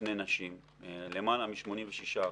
בפני נשים, למעלה מ-86%.